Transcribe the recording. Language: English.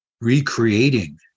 recreating